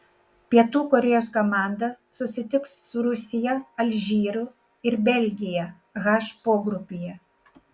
pietų korėjos komanda susitiks su rusija alžyru ir belgija h pogrupyje